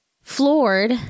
floored